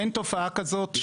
נכון, אין תופעה כזאת.